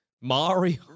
Mario